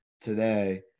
today